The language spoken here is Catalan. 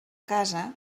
casa